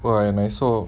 !wah! and I saw